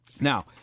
Now